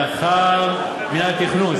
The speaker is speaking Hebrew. מינהל התכנון,